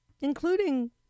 including